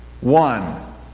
One